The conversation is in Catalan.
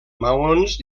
maons